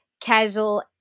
casual